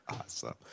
Awesome